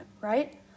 right